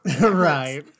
Right